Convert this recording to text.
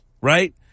Right